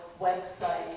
website